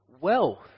wealth